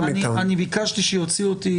אנחנו מדברים על מינויים,